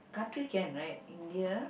country can right India